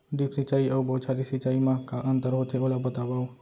Drip सिंचाई अऊ बौछारी सिंचाई मा का अंतर होथे, ओला बतावव?